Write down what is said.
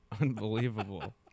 Unbelievable